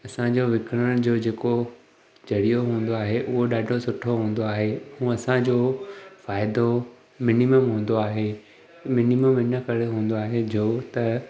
असां जो विकिणण जो जेको ज़रियो हूंदो आहे उहो ॾाढो सुठो हूंदो आहे ऐं असां जो फ़ाइदो मिनिमम हूंदो आहे मिनिमम इन जे करे हूंदो आहे जो त